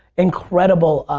incredible